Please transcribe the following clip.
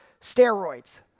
steroids